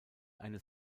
eines